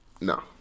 No